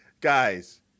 guys